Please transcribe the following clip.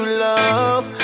love